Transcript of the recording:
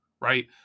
right